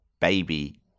baby